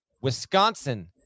Wisconsin